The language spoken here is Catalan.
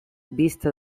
vista